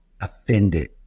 offended